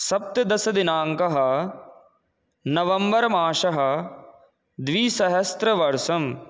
सप्तदशदिनाङ्कः नवम्बर् मासः द्विसहस्रवर्षं